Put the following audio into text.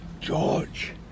George